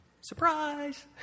Surprise